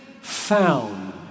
found